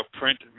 print